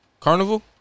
Carnival